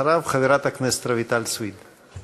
אחריו, חברת הכנסת רויטל סויד.